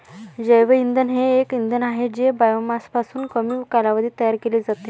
जैवइंधन हे एक इंधन आहे जे बायोमासपासून कमी कालावधीत तयार केले जाते